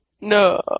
No